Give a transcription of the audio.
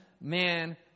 man